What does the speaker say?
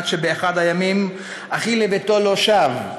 / עד שבאחד הימים אחי לביתו לא שב,